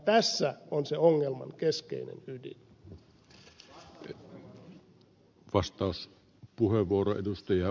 tässä on se ongelman keskeinen ydin